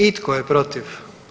I tko je protiv?